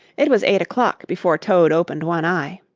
it was eight o'clock before toad opened one eye.